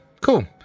cool